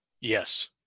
Yes